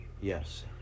Yes